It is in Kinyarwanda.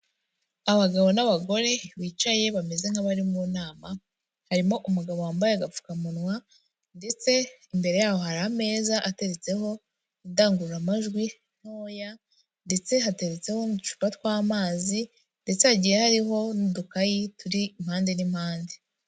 Abagabo n'abagore bicaye bameze nk'abari mu nama, harimo umugabo wambaye agapfukamunwa ndetse imbere yaho hari ameza ateretseho indangururamajwi ntoya ndetse hateretseho n'uducupa tw'amazi ndetse hagiye hariho n'udukayi turi impande n'impande.